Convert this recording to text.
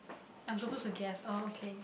I am suppose to guess oh okay